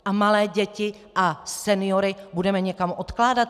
A malé děti a seniory budeme někam odkládat?